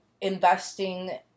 investing